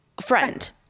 friend